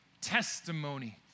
testimony